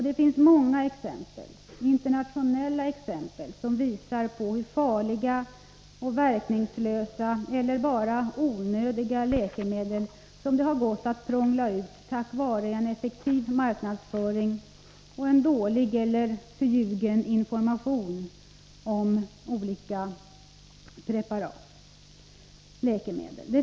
Det finns många internationella exempel som visar hur farliga, verkningslösa och onödiga läkemedel gått att prångla ut tack vare en effektiv marknadsföring och en dålig eller förljugen information om preparaten.